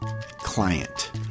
client